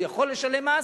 הוא יכול לשלם מס,